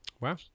wow